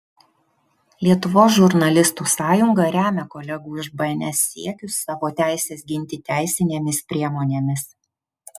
lietuvos žurnalistų sąjunga remia kolegų iš bns siekius savo teises ginti teisinėmis priemonėmis